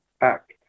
act